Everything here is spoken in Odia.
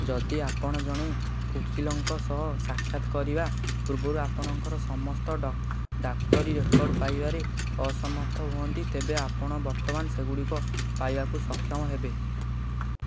ଯଦି ଆପଣ ଜଣେ ଓକିଲଙ୍କ ସହ ସାକ୍ଷାତ କରିବା ପୂର୍ବରୁ ଆପଣଙ୍କର ସମସ୍ତ ଡ ଡାକ୍ତରୀ ରେକର୍ଡ଼ ପାଇବାରେ ଅସମର୍ଥ ହୁଅନ୍ତି ତେବେ ଆପଣ ବର୍ତ୍ତମାନ ସେଗୁଡ଼ିକ ପାଇବାକୁ ସକ୍ଷମ ହେବେ